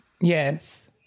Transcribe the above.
Yes